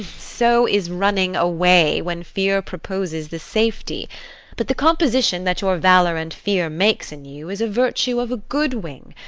so is running away, when fear proposes the safety but the composition that your valour and fear makes in you is a virtue of a good wing,